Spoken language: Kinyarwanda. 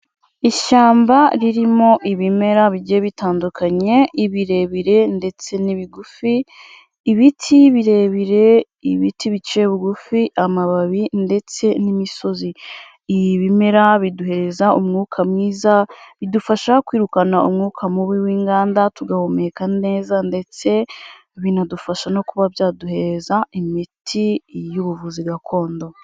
Ishyamba ririmo ibimera bigiye bitandukanye, ibirebire ndetse n'ibigufi, ibiti birebire, ibiti biciye bugufi, amababi, ndetse n'imisozi. Ibimera biduhereza umwuka mwiza, bidufasha kwirukana umwuka mubi w'inganda, tugahumeka neza, ndetse binadufasha no kuba byaduhereza, imiti y'ubuvuzi gakondo.